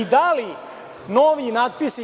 Da li novi natpisi